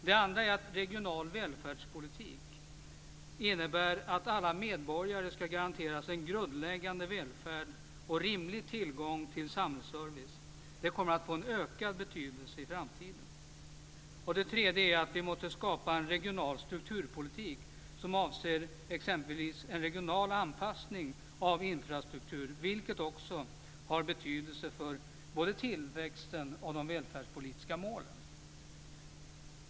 Det andra är att regional välfärdspolitik innebär att alla medborgare ska garanteras en grundläggande välfärd och rimlig tillgång till samhällsservice. Det kommer att få en ökad betydelse i framtiden. Det tredje är att vi måste skapa en regional strukturpolitik som avser exempelvis en regional anpassning av infrastrukturen, vilket också har betydelse för både tillväxten och de välfärdspolitiska målen.